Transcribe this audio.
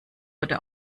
wurde